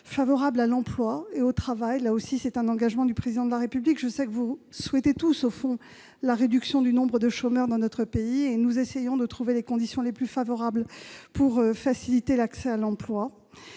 favorables à l'emploi et au travail. Là aussi, c'est un engagement du Président de la République. Nous souhaitons tous la réduction du nombre de chômeurs et le Gouvernement essaye de trouver les conditions les plus favorables pour faciliter l'accès à l'emploi